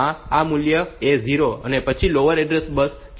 પછી lower order address બસ છે